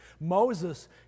Moses